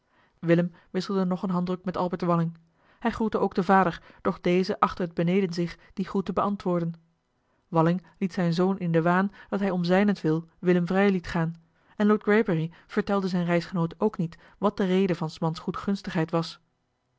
wisselde nog een handdruk met albert walling hij groette ook den vader doch deze achtte het beneden zich dien groet te beantwoorden walling liet zijn zoon in den waan dat hij om zijnentwil willem vrij liet gaan en lord greybury vertelde zijn reisgenoot ook niet wat de reden van s mans goedgunstigheid was